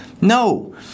No